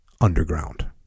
underground